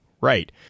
Right